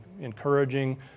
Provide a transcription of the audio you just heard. encouraging